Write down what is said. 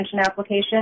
application